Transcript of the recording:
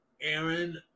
Aaron